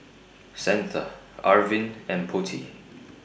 Santha Arvind and Potti